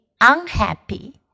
unhappy